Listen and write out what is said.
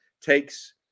takes